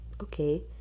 Okay